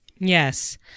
Yes